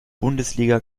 bundesliga